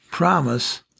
Promise